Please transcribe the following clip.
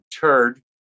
turd